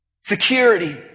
security